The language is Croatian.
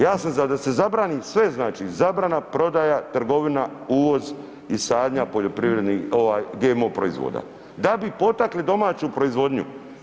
Ja sam za da se zabrani sve, znači zabrana prodaja, trgovina, uvoz i sadnja poljoprivrednih, ovaj, GMO proizvoda, da bi potakli domaću proizvodnju.